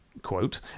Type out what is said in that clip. Quote